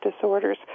disorders